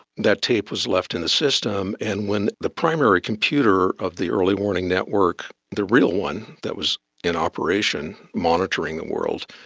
that tape was left in the system, and when the primary computer of the early warning network, the real one that was in operation monitoring the world,